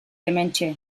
hementxe